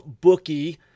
bookie